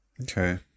Okay